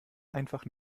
einfach